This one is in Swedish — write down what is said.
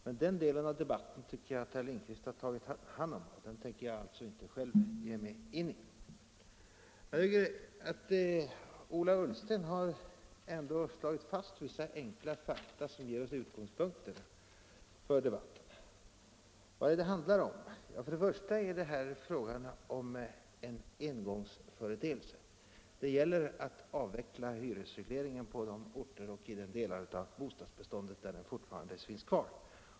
Men den delen av debatten tycker jag att herr Lindkvist har tagit hand om, och jag tänker därför inte gå in på den. Ola Ullsten har ändå slagit fast vissa enkla fakta, som ger oss utgångspunkter för debatten. Vad är det fråga om? Ja, för det första är det fråga om en engångsföreteelse. Det gäller att avveckla hyresregleringen på de orter och i de delar av bostadsbeståndet där den fortfarande finns kvar.